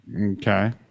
Okay